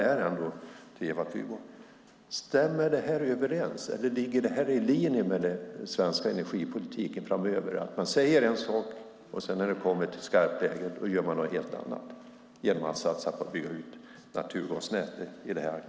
Ligger det i linje med den framtida svenska energipolitiken att man säger en sak och gör något annat när det blir skarpt läge och bygger ut naturgasnätet?